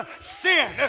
sin